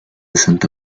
santa